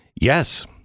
Yes